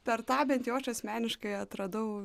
per tą bent jau aš asmeniškai atradau